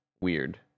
weird